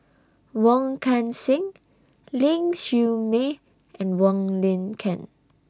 Wong Kan Seng Ling Siew May and Wong Lin Ken